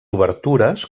obertures